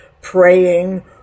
praying